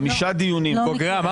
לא, לא מכירה.